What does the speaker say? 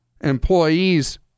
employees